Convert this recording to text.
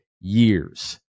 years